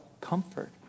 comfort